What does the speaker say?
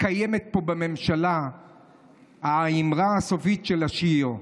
קיימת פה בממשלה האמרה הסופית של השיר,